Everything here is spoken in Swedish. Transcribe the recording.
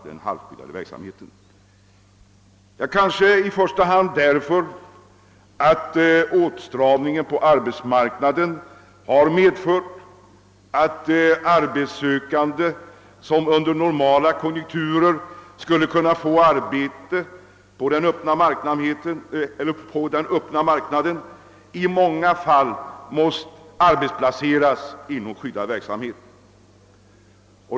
Detta är angeläget i första hand därför att åtstramningen på arbetsmarknaden medfört att arbetssökande, som under normala konjunkturer skulle kunna få arbete på den öppna marknaden, i många fall måst arbetsplaceras inom skyddad verksamhet.